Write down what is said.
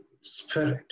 Spirit